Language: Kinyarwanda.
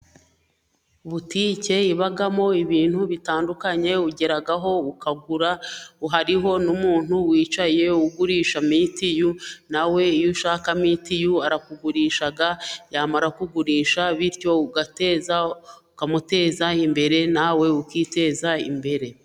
Butike ibamo ibintu bitandukanye ugera aho ukagura, hari n'umuntu wicaye ugurisha mituyu nawe iyo ushaka mituyu arakugurisha yamara kugurisha bityo ugateza ukamuteza imbere nawe ukiteza imbere.